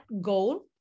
goal